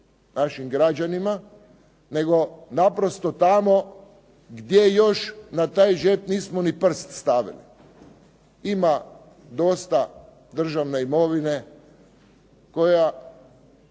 našim građanima, nego naprosto tamo gdje još na taj džep nismo ni prst stavili. Ima dosta državne imovine koja